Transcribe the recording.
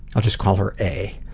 i'll just call her a.